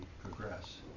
progress